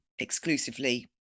exclusively